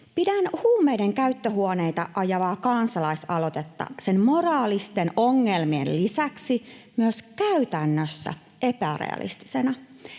Pidän huumeiden käyttöhuoneita ajavaa kansalaisaloitetta sen moraalisten ongelmien lisäksi myös käytännössä epärealistisena.